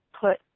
put